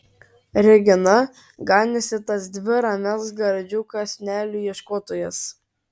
regina ganiusi tas dvi ramias gardžių kąsnelių ieškotojas